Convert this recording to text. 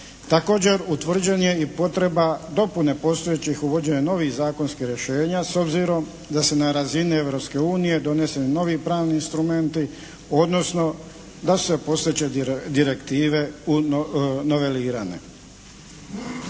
Također utvrđena je i potreba dopune postojećih i uvođenje novih zakonskih rješenja s obzirom da se na razini Europske unije donesu novi pravni instrumenti, odnosno da su postojeće direktive novelirane.